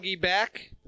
back